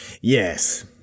yes